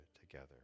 together